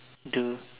do